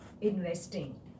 investing